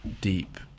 deep